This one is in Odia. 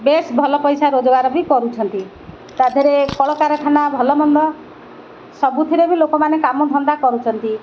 ବେଶ ଭଲ ପଇସା ରୋଜଗାର ବି କରୁଛନ୍ତି ତା ଧିଅରେ କଳକାରଖାନା ଭଲ ମନ୍ଦ ସବୁଥିରେ ବି ଲୋକମାନେ କାମ ଧନ୍ଦା କରୁଛନ୍ତି